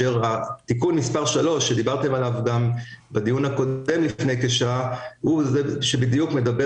תיקון מס' 3 שדיברתם עליו בדיון הקודם לפני כשעה מדבר